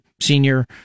senior